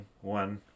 one